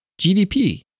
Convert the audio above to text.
GDP